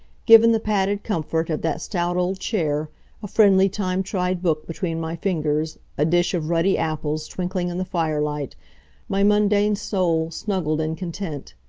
given the padded comfort of that stout old chair a friendly, time-tried book between my fingers a dish of ruddy apples twinkling in the fire-light my mundane soul snuggled in content.